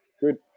good